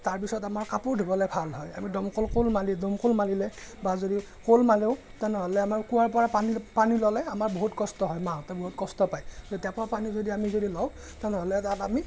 তাৰপিছত আমাৰ কাপোৰ ধুবলৈ ভাল হয় আমি দমকোল কোল দমকল মাৰিলে বা যদি শোল মাৰোঁ তেনেহ'লে আমাৰ কোঁৱাৰ পৰা পানী পানী ল'লে আমাৰ বহুত কষ্ট হয় মাহঁতে বহুত কষ্ট পায় টেপৰ পানী যদি আমি যদি লওঁ তেনেহ'লে তাত আমি